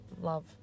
love